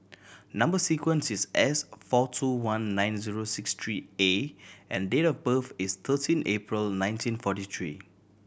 number sequence is S four two one nine zero six three A and date of birth is thirteen April nineteen forty three